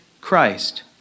Christ